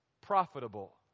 Profitable